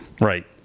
Right